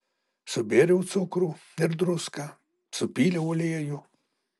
subėriau cukrų ir druską supyliau aliejų